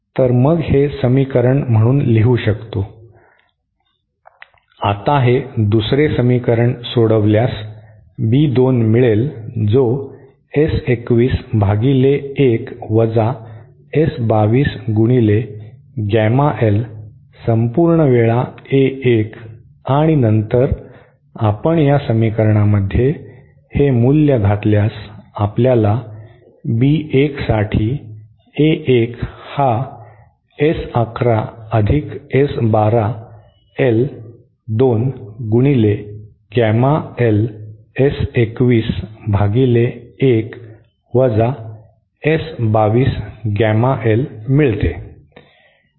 तर मग हे समीकरण म्हणून लिहू शकतो आता हे दुसरे समीकरण सोडविल्यास B 2 मिळेल जो S 21 भागिले 1 वजा S 22 गुणिले गॅमा l संपूर्ण वेळा A 1 आणि नंतर आपण या समीकरणामध्ये हे मूल्य घातल्यास आपल्यास B 1 साठी A 1 हा S 11 अधिक S 12 गॅमा l वेळा S 21 भागिले 1 वजा S 2 2 गॅमा l मिळते